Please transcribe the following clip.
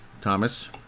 Thomas